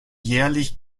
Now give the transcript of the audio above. jährlich